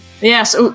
Yes